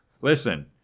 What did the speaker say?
Listen